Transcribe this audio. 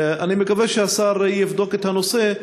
אני מקווה שהשר יבדוק את הנושא.